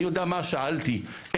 אני יודע מה שאלתי יבואן.